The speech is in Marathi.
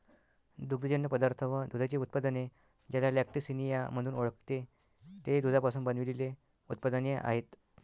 दुग्धजन्य पदार्थ व दुधाची उत्पादने, ज्याला लॅक्टिसिनिया म्हणून ओळखते, ते दुधापासून बनविलेले उत्पादने आहेत